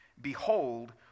behold